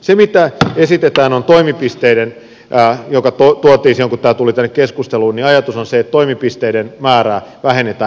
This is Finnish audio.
se mitä esitetään ja joka tuotiin silloin kun tämä tuli tänne keskusteluun sen ajatus on se että toimipisteiden määrää vähennetään